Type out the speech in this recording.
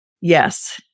Yes